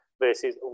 versus